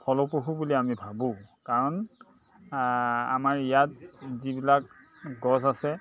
ফলপ্ৰসূ বুলি আমি ভাবোঁ কাৰণ আমাৰ ইয়াত যিবিলাক গছ আছে